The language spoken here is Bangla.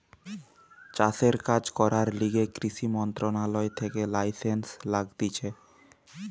চাষের কাজ করার লিগে কৃষি মন্ত্রণালয় থেকে লাইসেন্স লাগতিছে